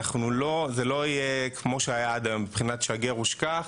אנחנו לא כמו שהיה עד היום מבחינת שגר ושכח,